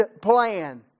plan